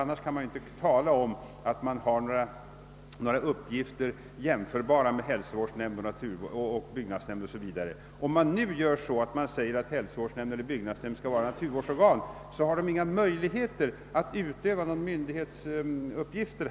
Annars kan man inte tala om att man har några uppgifter som är jämförbara med hälsovårdsnämndernas, byggnadsnämndernas 0. s. v. Man kanske nu säger att hälsovårdsnämnden eller byggnadsnämnden kan vara naturvårdsorgan, men de har ingen möjlighet att utöva några myndighetsuppgifter.